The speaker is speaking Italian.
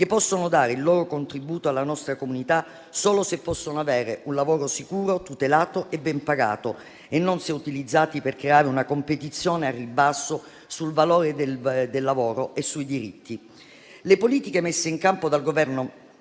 che possono dare il loro contributo alla nostra comunità solo se possono avere un lavoro sicuro, tutelato e ben pagato e non se utilizzati per creare una competizione al ribasso sul valore del lavoro e sui diritti. Le politiche messe in campo dal Governo,